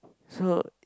so